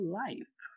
life